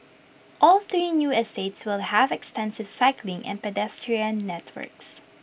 all three new estates will have extensive cycling and pedestrian networks